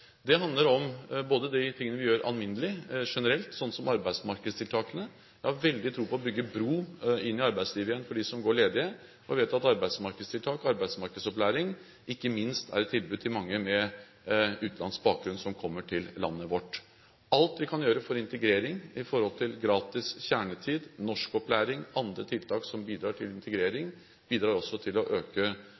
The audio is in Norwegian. Det handler om de tingene vi gjør alminnelig, generelt, slik som arbeidsmarkedstiltakene. Jeg har veldig tro på å bygge bro inn i arbeidslivet igjen for dem som går ledige, og vi vet at arbeidsmarkedstiltak og arbeidsmarkedsopplæring ikke minst er et tilbud til mange med utenlandsk bakgrunn som kommer til landet vårt. Alt vi kan gjøre for integrering, gratis kjernetid, norskopplæring og andre tiltak som bidrar til integrering, bidrar også til å øke